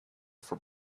for